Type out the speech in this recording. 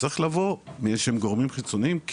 צריך לבוא מאיזה שהם גורמים חיצוניים,